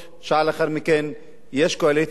שעה לאחר מכן יש קואליציה,